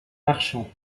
marchands